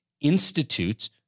institutes